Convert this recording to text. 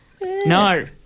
No